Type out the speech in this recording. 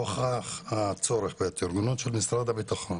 נוכח הצורך בהתארגנות של משרד הביטחון